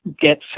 get